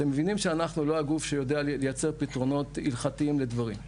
אתם מבינים שאנחנו לא הגוף שיודע לייצר פתרונות הלכתיים לדברים?